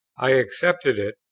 i accepted it,